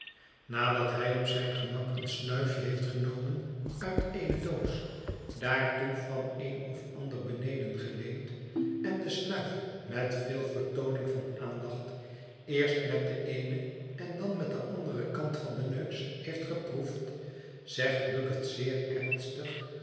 nadat hij op zijn gemak een snuifje heeft genomen uit eene doos daartoe van den een of ander beneden geleend en de snuif met veel vertooning van aandacht eerst met den eenen en dan met den anderen kant van den neus heeft geproefd zegt bucket zeer ernstig